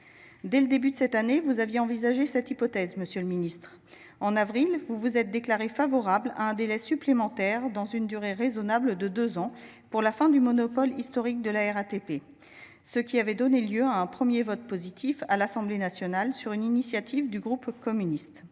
Dès le début de cette année, vous aviez envisagé cette hypothèse, monsieur le ministre. En avril dernier, vous vous étiez déclaré favorable à « un délai supplémentaire d’une durée raisonnable de deux ans pour la fin du monopole historique de la RATP », ce qui avait donné lieu à un premier vote positif, à l’Assemblée nationale, sur une initiative du groupe communiste.